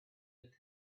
with